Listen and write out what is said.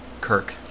Kirk